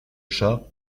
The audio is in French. chat